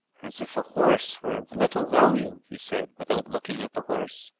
as if a horse were of little value he said without looking at the horse.